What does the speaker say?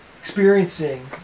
experiencing